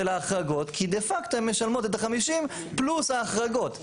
ההחרגות כי דה פקטו הן משלמות את ה-50 פלוס ההחרגות.